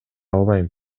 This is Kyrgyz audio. албайм